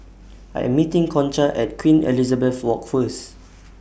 I Am meeting Concha At Queen Elizabeth Walk First